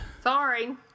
Sorry